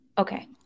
Okay